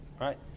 right